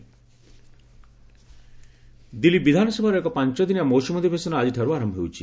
Delhi assembly Delhi ବିଧାନସଭାର ଏକ ପାଞ୍ଚଦିନିଆ ମୌସୁମୀ ଅଧିବେଶନ ଆଜିଠାରୁ ଆରମ୍ଭ ହେଉଛି